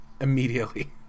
immediately